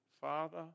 Father